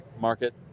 market